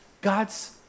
God's